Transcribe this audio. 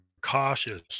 cautious